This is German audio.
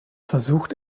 versucht